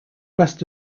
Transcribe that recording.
west